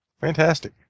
fantastic